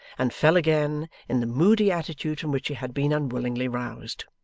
and fell again in the moody attitude from which he had been unwillingly roused.